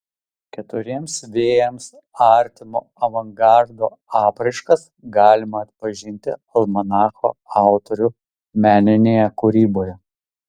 keturiems vėjams artimo avangardo apraiškas galima atpažinti almanacho autorių meninėje kūryboje